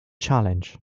challenge